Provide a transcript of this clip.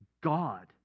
God